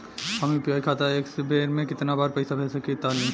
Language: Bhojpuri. हम यू.पी.आई खाता से एक बेर म केतना पइसा भेज सकऽ तानि?